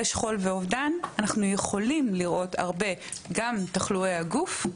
שכול ואובדן - אנחנו יכולים לראות הרבה תחלואי גוף,